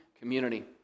community